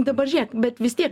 dabar žiūrėk bet vis tiek